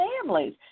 families